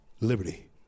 liberty